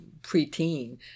preteen